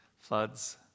floods